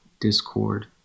discord